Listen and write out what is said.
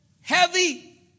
heavy